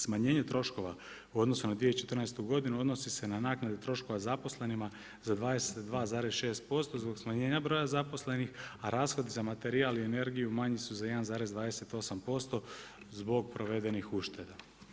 Smanjenje troškova u odnosu na 2014. godinu odnosi se na naknade troškova zaposlenima za 22,6% zbog smanjenja broja zaposlenih, a rashodi za materijal i energiju manji su za 1,28% zbog provedenih ušteda.